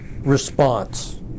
response